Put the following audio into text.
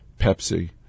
Pepsi